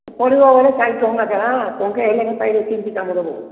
ପଢିବ ବୋଲେ ଚାରି ଟଙ୍କା ଦବା ଟଙ୍କେ ହେଲେ କିନ୍ ପାଇବ କେମ୍ତି କାମ ଦବ